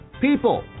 People